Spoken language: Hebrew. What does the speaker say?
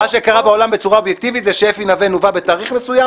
מה שקרה בעולם בצורה אובייקטיבית זה שאפי נוה מונה בתאריך מסוים,